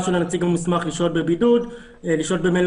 של הנציג המוסמך לשהות בבידוד במלונית,